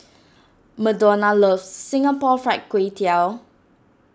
Madonna loves Singapore Fried Kway Tiao